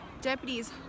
Deputies